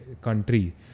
country